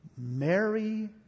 Mary